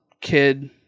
kid